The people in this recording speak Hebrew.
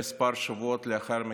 כמה שבועות לאחר מכן,